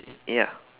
ya